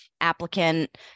Applicant